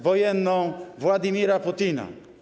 wojenną Władimira Putina.